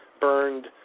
burned